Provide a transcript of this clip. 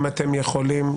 אם אתם יכולים,